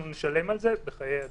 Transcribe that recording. אנחנו נשלם על זה בחיי אדם.